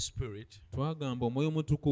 Spirit